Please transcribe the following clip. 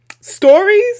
stories